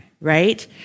right